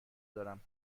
دارم